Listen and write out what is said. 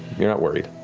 you're not worried.